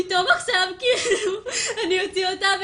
פתאום עכשיו כאילו אני אחזיר אותה?